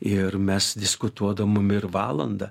ir mes diskutuodavom ir valandą